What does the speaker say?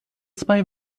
zwei